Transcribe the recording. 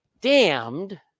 damned